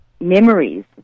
memories